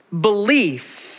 belief